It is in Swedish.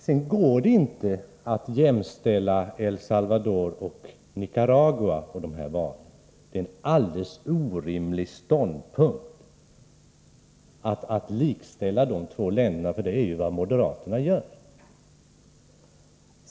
Sedan går det inte att jämställa El Salvador och Nicaragua när det gäller de val som det här talas om. Det är alldeles orimligt att likställa dessa två länder —- för det är ju vad moderaterna gör.